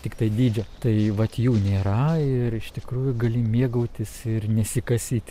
tiktai dydžio tai vat jų nėra ir iš tikrųjų gali mėgautis ir nesikasyti